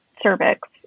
cervix